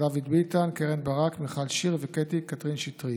דוד ביטן, קרן ברק, מיכל שיר וקטי קטרין שטרית,